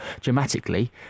dramatically